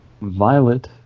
Violet